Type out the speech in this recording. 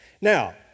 Now